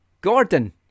Gordon